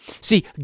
See